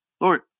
Lord